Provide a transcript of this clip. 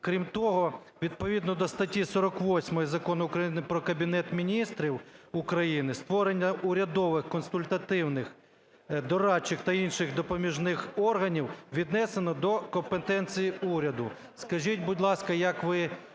Крім того, відповідно до статті 48 Закону України "Про Кабінет Міністрів України" створення урядових, консультативних, дорадчих та інших допоміжних органів віднесено до компетенції уряду. Скажіть, будь ласка, як ви